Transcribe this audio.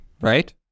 right